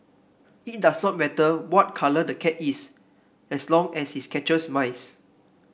it does not matter what colour the cat is as long as it catches mice